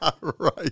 right